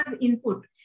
input